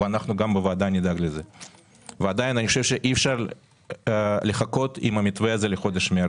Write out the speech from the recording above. אבל עדיין אני חושב שאי אפשר לחכות עם המתווה הזה לחודש מרץ.